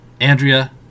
Andrea